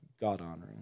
God-honoring